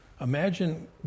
Imagine